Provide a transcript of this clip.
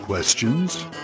Questions